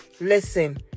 listen